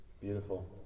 Beautiful